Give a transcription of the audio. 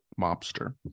Mobster